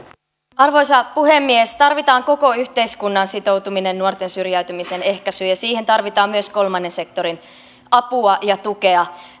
arvoisa puhemies tarvitaan koko yhteiskunnan sitoutuminen nuorten syrjäytymisen ehkäisyyn ja siihen tarvitaan myös kolmannen sektorin apua ja tukea